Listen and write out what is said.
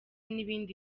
n’ibindi